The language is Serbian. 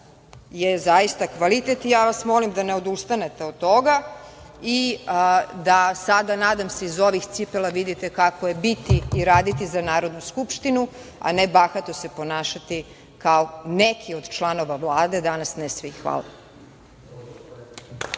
je zaista kvalitet i ja vas molim da ne odustanete od toga i da sada, nadam se, iz ovih cipela, vidite kako je biti i raditi za Narodnu Skupštinu, a ne bahato se ponašati kao neki od članova Vlade, danas ne svi. Hvala.